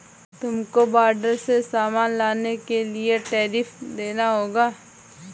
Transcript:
तुमको बॉर्डर से सामान लाने के लिए टैरिफ देना होगा